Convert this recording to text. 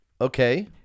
Okay